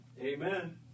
Amen